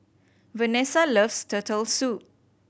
Vanesa loves Turtle Soup